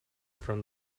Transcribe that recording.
from